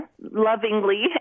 lovingly